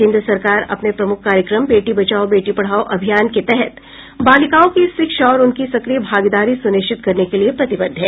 केन्द्र सरकार अपने प्रमुख कार्यक्रम बेटी बचाओ बेटी पढ़ाओ अभियान के तहत बालिकाओं की शिक्षा और उनकी सक्रिय भागीदारी सुनिश्चित करने के लिए प्रतिबद्ध है